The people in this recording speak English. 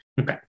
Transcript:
Okay